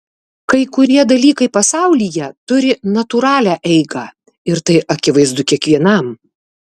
kai kurie dalykai pasaulyje turi natūralią eigą ir tai akivaizdu kiekvienam